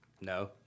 No